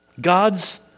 God's